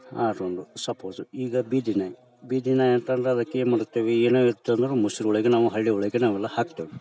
ಅದೊಂದು ಸಪೋಸು ಈಗ ಬೀದಿ ನಾಯಿ ಬೀದಿ ನಾಯಿ ಅಂತಂದ್ರೆ ಅದಕ್ಕೇನು ಮಾಡ್ತೀವಿ ಏನು ಇತ್ತಂದ್ರೆ ಮುಸುರಿ ಒಳಗೆ ನಾವು ಹಳ್ಳಿಯೊಳಗೇನೆ ಅವೆಲ್ಲ ಹಾಕ್ತೇವೆ